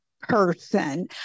person